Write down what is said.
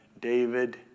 David